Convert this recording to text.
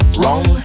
wrong